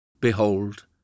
Behold